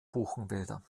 buchenwälder